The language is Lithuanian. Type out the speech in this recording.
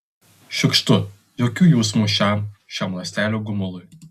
šiukštu jokių jausmų šiam šiam ląstelių gumului